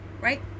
right